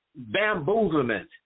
bamboozlement